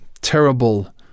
terrible